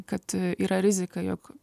kad yra rizika jog